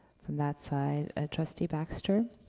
from that side. trustee baxter?